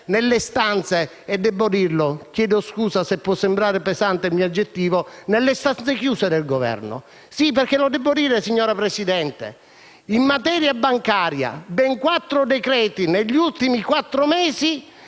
nelle stanze chiuse del Governo. Lo debbo dire, signora Presidente: in materia bancaria, ben quattro decreti-legge negli ultimi quattro mesi